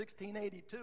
1682